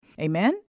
Amen